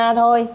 thôi